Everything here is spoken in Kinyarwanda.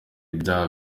ibyaha